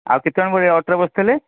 ଆଉ କେତେଜଣ ଭଳିଆ ଅଟୋରେ ବସିଥିଲେ